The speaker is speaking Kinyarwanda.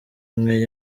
imwe